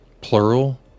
plural